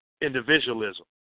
individualism